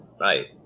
right